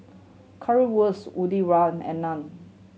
Currywurst Medu Van and Naan